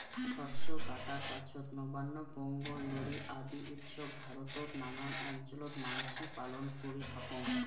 শস্য কাটার পাছত নবান্ন, পোঙ্গল, লোরী আদি উৎসব ভারতত নানান অঞ্চলত মানসি পালন করি থাকং